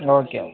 okay